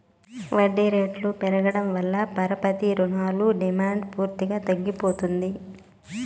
వడ్డీ రేట్లు పెరగడం వల్ల పరపతి రుణాల డిమాండ్ పూర్తిగా తగ్గిపోతుంది